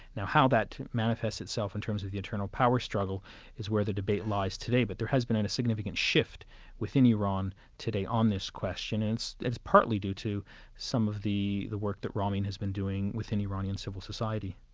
now how that manifests itself in terms of the internal power struggle is where the debate lies today, but there has been a significant shift within iran today on this question, and it's partly due to some of the the work that ramin has been doing within iranian civil society.